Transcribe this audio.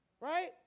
right